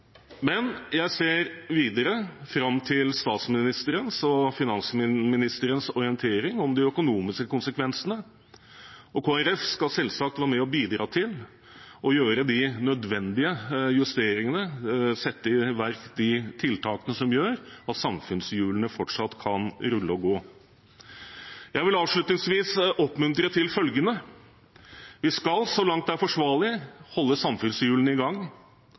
men jeg ser videre fram til statsministerens og finansministerens orientering om de økonomiske konsekvensene. Kristelig Folkeparti skal selvsagt være med og bidra til å gjøre de nødvendige justeringene og sette i verk de tiltakene som gjør at samfunnshjulene fortsatt kan rulle og gå. Jeg vil avslutningsvis oppmuntre til følgende: Vi skal så langt det er forsvarlig, holde samfunnshjulene i gang.